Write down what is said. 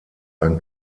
ein